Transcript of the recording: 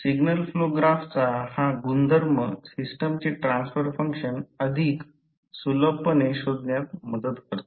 signal flow ग्राफचा हा गुणधर्म सिस्टमचे ट्रान्सफर फंक्शन अधिक सुलभपणे शोधण्यात मदत करतो